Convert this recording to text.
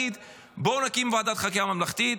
בואו נקים ועדת חקירה ממלכתית,